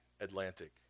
Atlantic